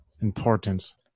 importance